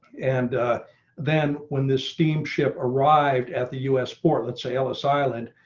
and then when the steamship arrived at the us port. let's say ellis island.